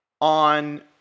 on